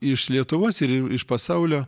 iš lietuvos ir iš pasaulio